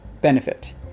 benefit